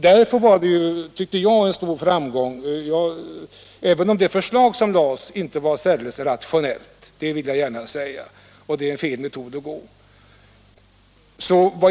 Därför tyckte jag att det här beslutet var en stor framgång, även om den konkreta utformning som beslutet fick inte var särdeles rationell — det vill jag gärna säga; det är fel väg att gå.